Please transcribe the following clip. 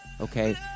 Okay